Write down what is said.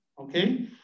okay